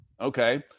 Okay